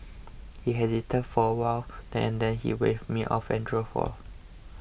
he hesitated for a while then and then he waved me off and drove for